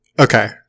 okay